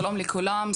שלום לכולם,